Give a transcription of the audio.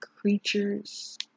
creatures